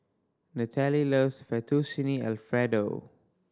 Nataly loves Fettuccine Alfredo